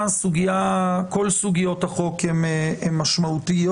כל סוגיות החוק הן משמעותיות,